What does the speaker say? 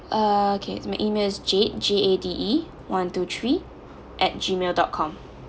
okay my email is jade J A D E one two three at gmail dot com